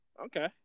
Okay